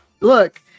look